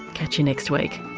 catch you next week